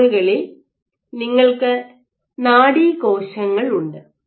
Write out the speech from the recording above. ഈ സോണുകളിൽ നിങ്ങൾക്ക് നാഡീകോശങ്ങൾ ഉണ്ട്